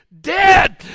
dead